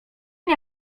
nie